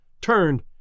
turned